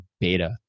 Beta